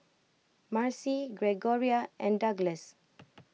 Marcy Gregoria and Douglass